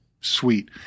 sweet